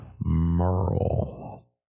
Merle